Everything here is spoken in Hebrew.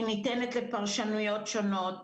היא ניתנת לפרשנויות שונות,